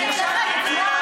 אני יכולה לספר לכם,